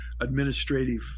administrative